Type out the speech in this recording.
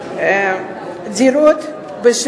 בנייה